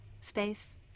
space